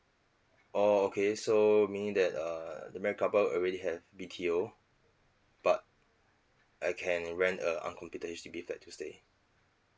orh okay so meaning that err the married couple already have B_T_O but I can rent a uncompleted H_D_B flat to stay